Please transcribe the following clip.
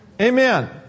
Amen